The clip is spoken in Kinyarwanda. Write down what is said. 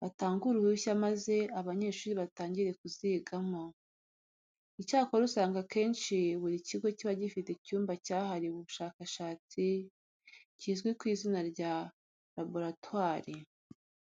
batange uruhushya maze abanyeshuri batangire kuzigiramo. Icyakora usanga akenshi buri kigo kiba gifite icyumba cyahariwe ubushakashatsi kizwi ku izina rya laboratwari.